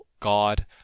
God